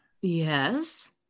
yes